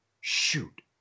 shoot